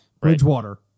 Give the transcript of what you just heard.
Bridgewater